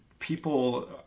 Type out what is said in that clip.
people